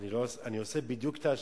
אני עושה בדיוק את ההשוואה.